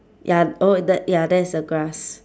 ya oh the ya that's the grass